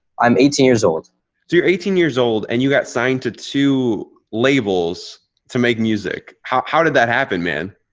i'm eighteen years old. so you're eighteen years old and you got signed to two labels to make music. how how did that happen, man?